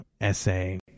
essay